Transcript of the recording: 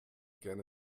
gerne